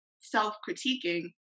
self-critiquing